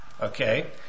okay